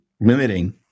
limiting